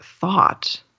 thought